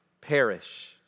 perish